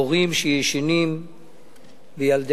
הורים שישנים וילדיהם,